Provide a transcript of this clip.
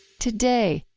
today,